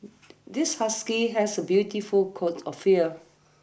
this husky has a beautiful coat of fear